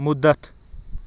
مُدتھ